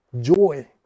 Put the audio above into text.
joy